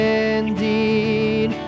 indeed